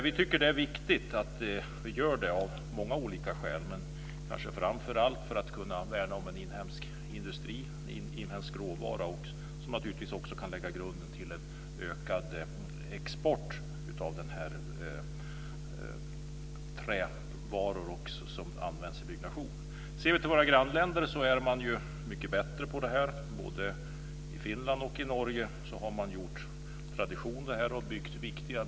Vi tycker att den här frågan är viktig av många olika skäl, kanske framför allt för värnandet om inhemsk industri och om inhemsk råvara, något som naturligtvis också kan lägga en grund för ökad export av trä som byggnadsmaterial. I våra grannländer är man mycket bättre på det här området. Både i Finland och i Norge har man av tradition uppfört viktiga byggnader i trä.